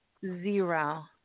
zero